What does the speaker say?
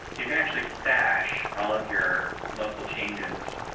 you can actually stash all of your local changes.